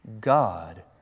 God